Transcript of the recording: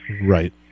right